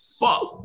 fuck